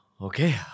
Okay